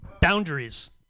Boundaries